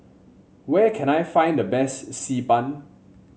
where can I find the best Xi Ban